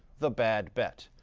the bad bet.